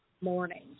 morning